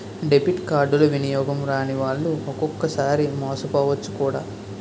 debit కార్డులు వినియోగం రానివాళ్లు ఒక్కొక్కసారి మోసపోవచ్చు కూడా